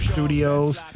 Studios